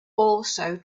also